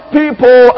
people